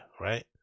right